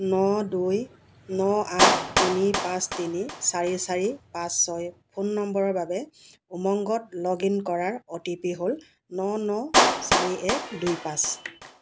ন দুই ন আঠ তিনি পাঁচ তিনি চাৰি চাৰি পাঁচ ছয় ফোন নম্বৰৰ বাবে উমংগত লগ ইন কৰাৰ অ'টিপি হ'ল ন ন চাৰি এক দুই পাচঁ